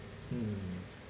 mm